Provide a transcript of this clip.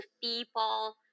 people